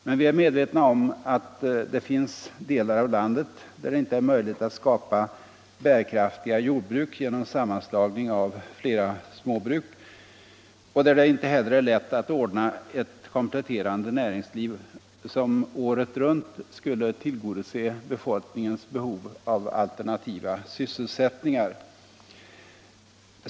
Men vi är medvetna om att det finns delar av landet, där det inte är möjligt att skapa bärkraftiga jordbruk genom sammanslagning av flera småbruk och där det inte heller är lätt att ordna ett allsidigt kompletterande näringsliv som året runt skulle tillgodose befolkningens behov av alternativa sysselsättningar.